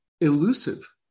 elusive